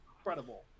incredible